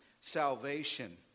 salvation